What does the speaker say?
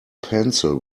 pencil